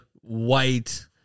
white